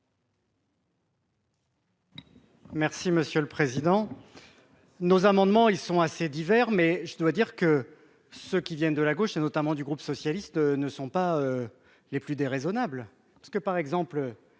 Merci monsieur le Président, nos amendements, ils sont assez divers, mais je dois dire que ceux qui viennent de la gauche et notamment du groupe socialiste ne sont pas les plus déraisonnable parce que par exemple